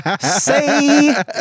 say